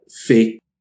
fake